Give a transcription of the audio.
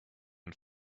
and